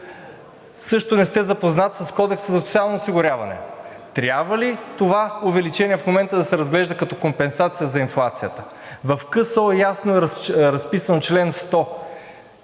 Също не сте запознат с Кодекса за социално осигуряване. Трябва ли това увеличение в момента да се разглежда като компенсация за инфлацията? В Кодекса за социално